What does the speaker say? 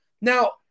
Now